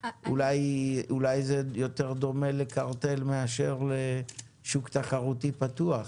אולי זה יותר דומה לקרטל מאשר לשוק תחרותי פתוח.